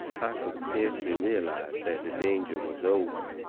i could scarcely realize that the danger was over.